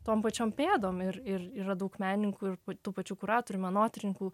tom pačiom pėdom ir ir yra daug menininkų ir būtų pačių kuratorių menotyrininkų